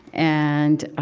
and,